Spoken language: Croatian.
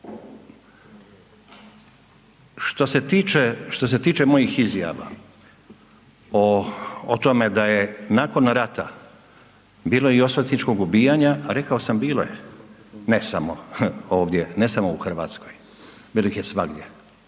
Što se tiče mojih izjava o tome da je nakon rata bilo i osvetničkog ubijanja, rekao sam bilo je, ne samo u Hrvatskoj, bilo ih je svagdje